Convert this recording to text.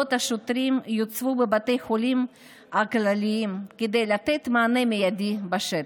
עמדות השוטרים יוצבו בבתי החולים הכלליים כדי לתת מענה מיידי בשטח.